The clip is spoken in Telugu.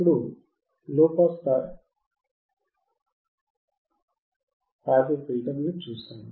ఇప్పుడు లోపాస్ పాసివ్ ఫిల్టర్ ను చూశాము